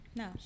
no